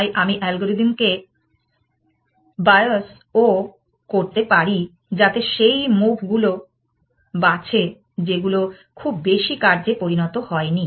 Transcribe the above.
তাই আমি অ্যালগরিদমকে বায়োস ও করতে পারি যাতে সেই মুভ গুলো বাছে যেগুলো খুব বেশি কার্য্যে পরিণত হয়নি